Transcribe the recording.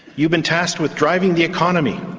you've been tasked with driving the economy,